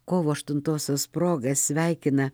kovo aštuntosios proga sveikina